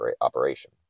operation